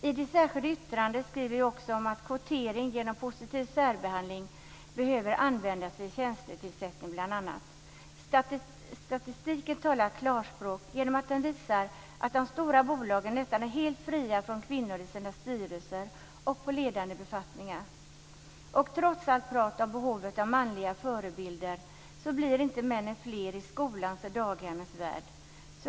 I det särskilda yttrandet skriver vi också om att kvotering genom positiv särbehandling behöver användas vid bl.a. tjänstetillsättning. Statistiken talar klarspråk genom att den visar att de stora bolagen är nästan helt fria från kvinnor i sina styrelser och på ledande befattningar. Trots allt prat om behovet av manliga förebilder blir inte männen fler i skolans och daghemmens värld.